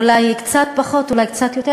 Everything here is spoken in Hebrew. זה אולי קצת פחות ואולי קצת יותר,